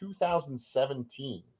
2017